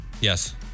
Yes